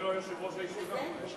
אני לא יושב-ראש הישיבה.